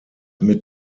mit